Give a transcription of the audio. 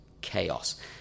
chaos